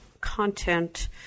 content